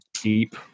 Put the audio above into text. deep